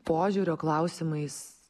požiūrio klausimais